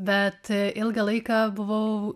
bet ilgą laiką buvau